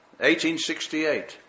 1868